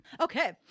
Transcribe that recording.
Okay